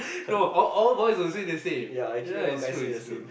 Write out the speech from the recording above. no all all boys will say the same this one is true is true